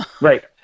Right